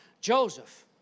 Joseph